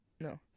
No